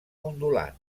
ondulant